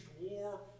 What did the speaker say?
war